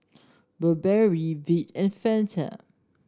Burberry Veet and Fanta